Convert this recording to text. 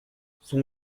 son